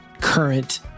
current